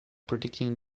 predicting